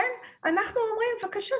אומרים בבקשה,